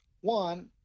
one